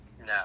No